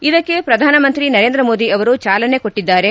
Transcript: ಇದಕ್ಕೆ ಪ್ರಧಾನಮಂತ್ರಿ ನರೇಂದ್ರ ಮೋದಿ ಅವರು ಚಾಲನೆ ಕೊಟ್ಟದ್ದಾರೆ